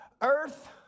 Earth